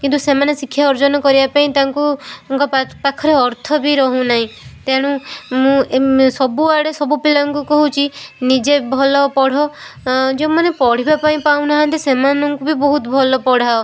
କିନ୍ତୁ ସେମାନେ ଶିକ୍ଷା ଅର୍ଜନ କରିବା ପାଇଁ ତାଙ୍କୁ ତାଙ୍କ ପାଖରେ ଅର୍ଥ ବି ରହୁନାହିଁ ତେଣୁ ମୁଁ ସବୁଆଡ଼େ ସବୁ ପିଲାଙ୍କୁ କହୁଛି ନିଜେ ଭଲ ପଢ଼ ଯେଉଁମାନେ ପଢ଼ିବା ପାଇଁ ପାଉନାହାନ୍ତି ସେମାନଙ୍କୁ ବି ବହୁତ ଭଲ ପଢ଼ାଓ